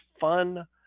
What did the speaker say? fun